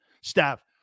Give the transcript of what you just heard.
staff